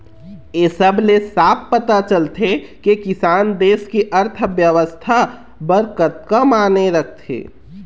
ए सब ले साफ पता चलथे के किसान देस के अर्थबेवस्था बर कतका माने राखथे